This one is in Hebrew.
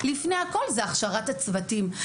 לפני הכול הוא הכשרת הצוותים.